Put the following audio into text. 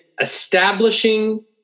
establishing